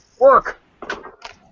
Work